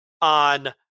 on